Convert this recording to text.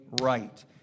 right